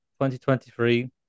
2023